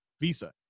Visa